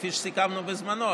כפי שסיכמנו בזמנו,